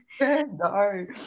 No